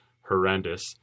horrendous